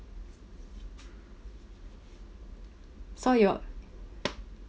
so your